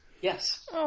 Yes